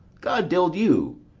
god dild you!